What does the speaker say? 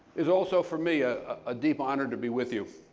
is also, for me, a ah deep honor to be with you.